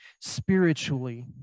spiritually